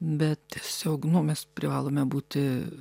bet tiesiog nu mes privalome būti